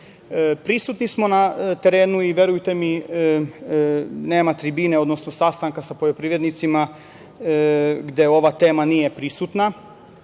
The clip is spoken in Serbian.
došlo. Prisutni smo na terenu i verujte mi, nema tribine, odnosno sastanka sa poljoprivrednicima, gde ova tema nije prisutna.